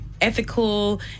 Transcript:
ethical